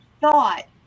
thought